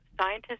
Scientists